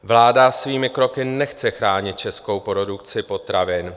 Vláda svými kroky nechce chránit českou produkci potravin.